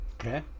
Okay